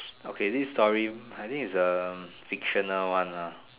okay this story I think it's um fictional one lah